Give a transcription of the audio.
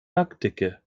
lackdicke